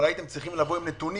אבל הייתם צריכים לבוא עם נתונים,